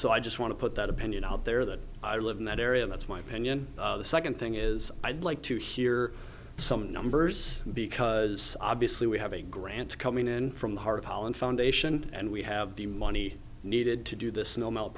so i just want to put that opinion out there that i live in that area and that's my opinion the second thing is i'd like to hear some numbers because obviously we have a grant to coming in from the heart of holland foundation and we have the money needed to do this snow melt